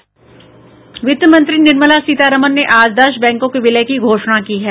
वित्त मंत्री निर्मला सीतारमन ने आज दस बैंकों के विलय की घोषणा की है